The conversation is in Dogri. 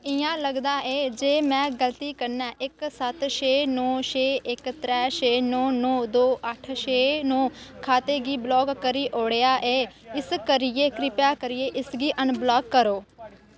इ'यां लगदा ऐ जे में गलती कन्नै इक सत्त छे नौ छे इक त्रै छे नौ नौ दो अट्ठ छे नौ खाते गी ब्लाक करी ओड़ेआ ऐ इस करियै कृपा करियै इसगी अनब्लाक करो